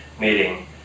meeting